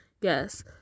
yes